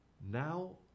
Now